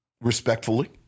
Respectfully